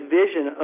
vision